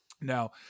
now